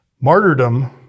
Martyrdom